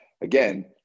Again